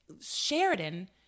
sheridan